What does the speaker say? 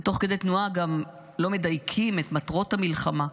ותוך כדי תנועה גם לא מדייקים את מטרות המלחמה.